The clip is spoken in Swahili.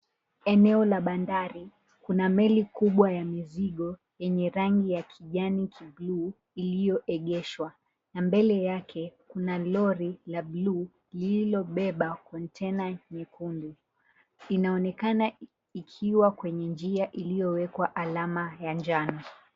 Eneo la bahari kuna meli kubwa ya mzigo yenye rangi ya kijani kibluu iliyoegeshwa na mbele yake kuna lori la blu lililobeba konteina nyekundu, inaonekana ikiwa kwenye njia iliyowekwa alama ya njano.